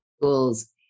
schools